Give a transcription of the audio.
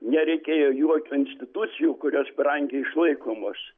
nereikėjo jokių institucijų kurios brangiai išlaikomos